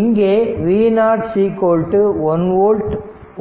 இங்கே V0 1 volt